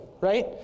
right